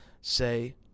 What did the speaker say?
say